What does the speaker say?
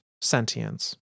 sentience